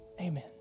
Amen